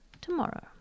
tomorrow